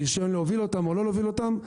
רישיון להוביל אותם או לא להוביל אותם,